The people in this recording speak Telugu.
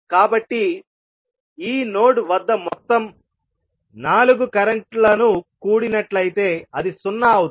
కాబట్టి ఈ నోడ్ వద్ద మొత్తం 4 కరెంట్ లను కూడినట్లయితే అది 0 అవుతుంది